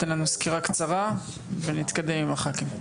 תן לנו סקירה קצרה ונתקדם עם הח"כים.